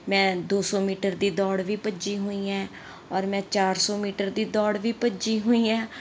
ਮੈਂ ਦੋ ਸੌ ਮੀਟਰ ਦੀ ਦੌੜ ਵੀ ਭੱਜੀ ਹੋਈ ਹੈ ਔਰ ਮੈਂ ਚਾਰ ਸੋ ਮੀਟਰ ਦੀ ਦੌੜ ਵੀ ਭੱਜੀ ਹੋਈ ਹੈ